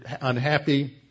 unhappy